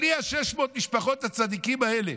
בלי 600 המשפחות הצדיקות האלה,